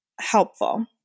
helpful